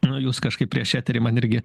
nu jūs kažkaip prieš eterį man irgi